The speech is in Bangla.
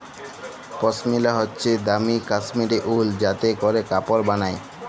পশমিলা হইসে দামি কাশ্মীরি উল যাতে ক্যরে কাপড় বালায়